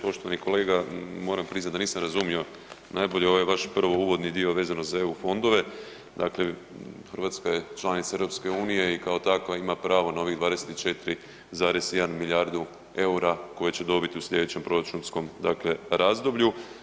Poštovani kolega, moram priznati da nisam razumio najbolje ovaj vaš prvo uvodni dio vezano za EU fondove, dakle, Hrvatska je članica EU-a i kao takva ima pravo na ovih 24,1 milijardu eura koje će dobiti u slijedećem proračunskom razdoblju.